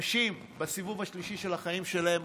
נשים בסיבוב השלישי של החיים שלהן,